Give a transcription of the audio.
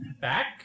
back